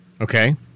Okay